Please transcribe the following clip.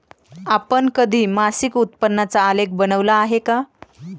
आपण कधी मासिक उत्पन्नाचा आलेख बनविला आहे का?